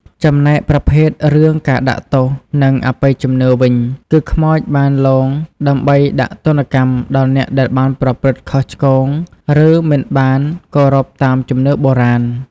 ចំណែកប្រភេទរឿងការដាក់ទោស និងអបិយជំនឿវិញ គឺខ្មោចបានលងដើម្បីដាក់ទណ្ឌកម្មដល់អ្នកដែលបានប្រព្រឹត្តខុសឆ្គង ឬមិនបានគោរពតាមជំនឿបុរាណ។